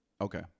Okay